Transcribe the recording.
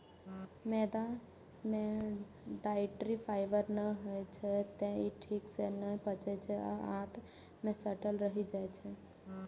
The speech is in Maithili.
मैदा मे डाइट्री फाइबर नै होइ छै, तें ई ठीक सं नै पचै छै आ आंत मे सटल रहि जाइ छै